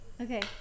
Okay